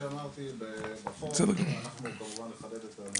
אנחנו נחדד את הנהלים.